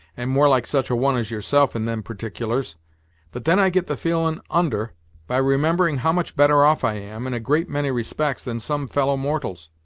and more like such a one as yourself in them particulars but then i get the feelin' under by remembering how much better off i am, in a great many respects, than some fellow-mortals.